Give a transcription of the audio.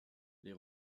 les